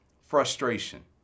Frustration